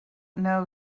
know